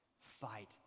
Fight